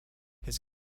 his